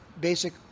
basic